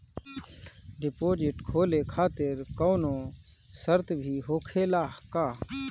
Deposit खोले खातिर कौनो शर्त भी होखेला का?